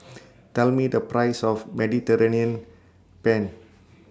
Tell Me The Price of Mediterranean Penne